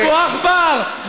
אבו עכבר,